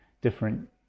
different